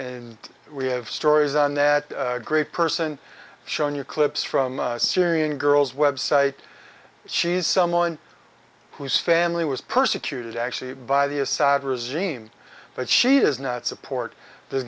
in we have stories on that great person shown your clips from syrian girls website she's someone whose family was persecuted actually by the assad regime but she does not support the